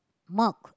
milk